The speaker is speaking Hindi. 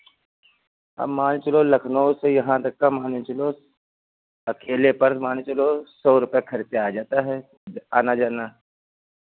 अब मान के चलो लखनऊ से यहाँ तक का मान के चलो अकेले पर मान के चलो सौ रुपये खर्चा आ जाता है आना जाना